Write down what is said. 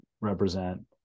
represent